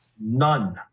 None